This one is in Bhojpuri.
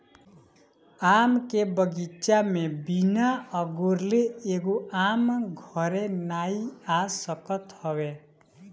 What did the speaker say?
आम के बगीचा में बिना अगोरले एगो आम घरे नाइ आ सकत हवे